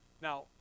now